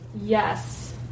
Yes